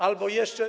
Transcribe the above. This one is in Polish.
Albo jeszcze.